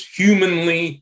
humanly